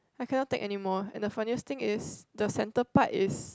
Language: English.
I cannot take anymore and the funniest thing is the center part is